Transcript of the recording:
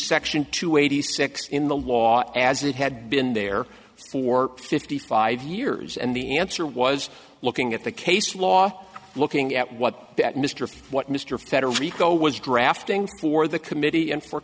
section two eighty six in the law as it had been there for fifty five years and the answer was looking at the case law looking at what that mr what mr federico was drafting for the committee and for